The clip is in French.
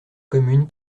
communes